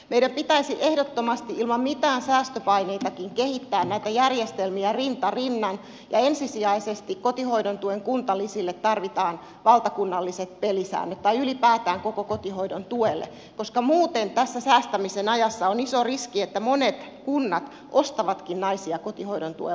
meidän pitäisi ehdottomasti ilman mitään säästöpaineitakin kehittää näitä järjestelmiä rinta rinnan ja ensisijaisesti kotihoidon tuen kuntalisille tarvitaan valtakunnalliset pelisäännöt tai ylipäätään koko kotihoidon tuelle koska muuten tässä säästämisen ajassa on iso riski että monet kunnat ostavatkin naisia kotihoidon tuella kotiin